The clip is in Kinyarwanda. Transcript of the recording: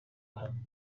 hano